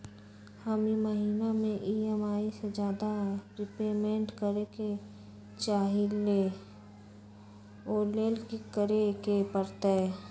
हम ई महिना में ई.एम.आई से ज्यादा रीपेमेंट करे के चाहईले ओ लेल की करे के परतई?